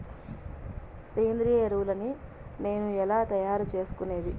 సేంద్రియ ఎరువులని నేను ఎలా తయారు చేసుకునేది?